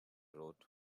road